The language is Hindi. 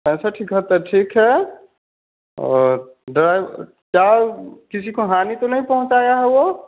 पैंसठ इकहत्तर ठीक है और ड्राइवर क्या किसी को हानि तो नहीं पहुँचाया है वह